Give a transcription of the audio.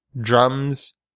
drums